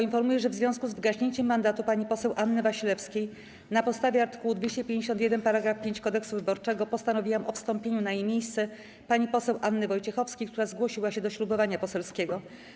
Informuję, że w związku z wygaśnięciem mandatu pani poseł Anny Wasilewskiej na podstawie art. 251 § 5 Kodeksu wyborczego postanowiłam o wstąpieniu na jej miejsce pani poseł Anny Wojciechowskiej, która zgłosiła się do ślubowania poselskiego.